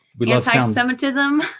anti-Semitism